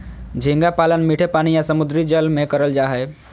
झींगा पालन मीठे पानी या समुंद्री जल में करल जा हय